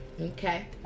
Okay